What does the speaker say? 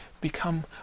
become